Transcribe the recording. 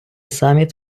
саміт